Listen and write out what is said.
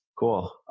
Cool